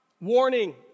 Warning